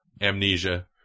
amnesia